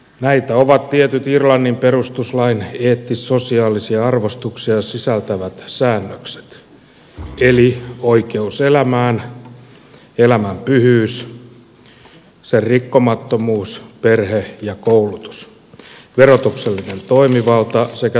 näitä ovat tietyt irlannin perustuslain eettis sosiaalisia arvostuksia sisältävät säännökset eli oikeus elämään elämän pyhyys sen rikkomattomuus perhe ja koulutus verotuksellinen toimivalta sekä turvallisuus ja puolustuspolitiikka